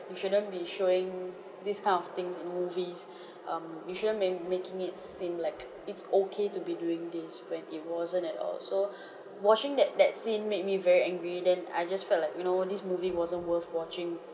you shouldn't be showing these kind of things in movies um you shouldn't ma~ making it seem like it's okay to be doing this when it wasn't at all so watching that that scene made me very angry then I just felt like you know this movie wasn't worth watching